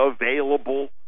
available